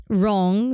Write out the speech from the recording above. wrong